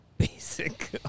Basic